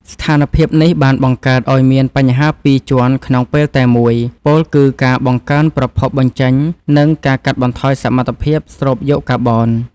ស្ថានភាពនេះបានបង្កើតឱ្យមានបញ្ហាពីរជាន់ក្នុងពេលតែមួយ ពោលគឺការបង្កើនប្រភពបញ្ចេញ និងការកាត់បន្ថយសមត្ថភាពស្រូបយកកាបូន។